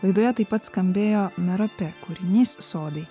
laidoje taip pat skambėjo narape kūrinys sodai